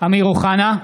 אמיר אוחנה,